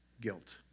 guilt